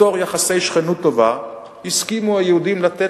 בתור יחסי שכנות טובה הסכימו היהודים לתת